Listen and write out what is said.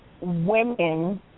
women